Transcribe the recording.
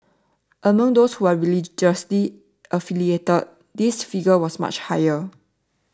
among those who were religiously affiliated this figure was much higher